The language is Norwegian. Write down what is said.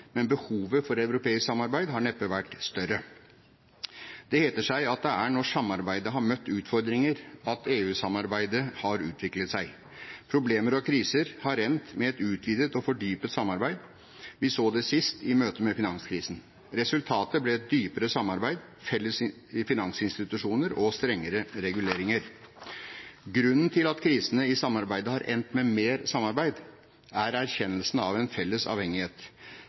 Men behovet for europeisk samarbeid har neppe vært større.» Det heter seg at det er når samarbeidet har møtt utfordringer at EU-samarbeidet har utviklet seg. Problemer og kriser har endt med et utvidet og fordypet samarbeid. Vi så det sist, i møte med finanskrisen. Resultatet ble et dypere samarbeid, felles finansinstitusjoner og strengere reguleringer. Grunnen til at krisene i samarbeidet har endt med mer samarbeid, er erkjennelsen av en felles avhengighet.